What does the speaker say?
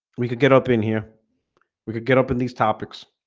we could get up in here we could get up in these topics